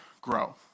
grow